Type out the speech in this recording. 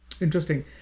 Interesting